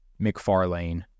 McFarlane